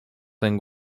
ten